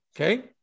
okay